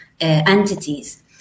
entities